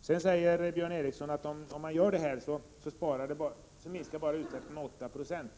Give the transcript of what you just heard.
Sedan säger Björn Ericson att om man gör detta så minskar utsläppen bara med 8 96.